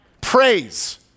Praise